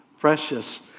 precious